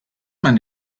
man